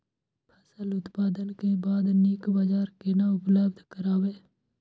फसल उत्पादन के बाद नीक बाजार केना उपलब्ध कराबै?